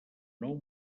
nou